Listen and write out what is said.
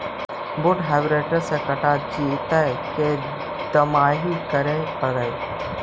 बुट हारबेसटर से कटा जितै कि दमाहि करे पडतै?